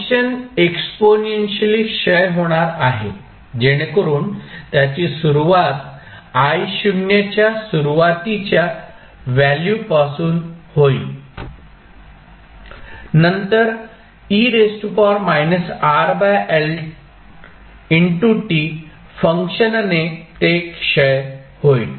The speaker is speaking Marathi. फंक्शन एक्सपोनेन्शियली क्षय होणार आहे जेणेकरून त्याची सुरूवात I0 च्या सुरुवातीच्या व्हॅल्यू पासून होईल आणि नंतर फंक्शनने ते क्षय होईल